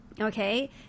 okay